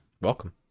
Welcome